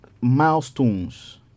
milestones